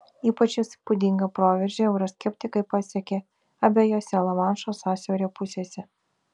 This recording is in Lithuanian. ypač įspūdingą proveržį euroskeptikai pasiekė abiejose lamanšo sąsiaurio pusėse